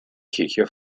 kirche